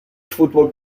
football